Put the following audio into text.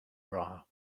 bra